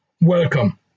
Welcome